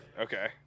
Okay